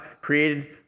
created